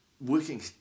Working